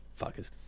Fuckers